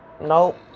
Nope